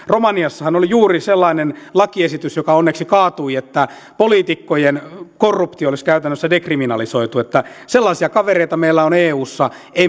romaniassahan oli juuri sellainen lakiesitys joka onneksi kaatui että poliitikkojen korruptio olisi käytännössä dekriminalisoitu että sellaisia kavereita meillä on eussa ei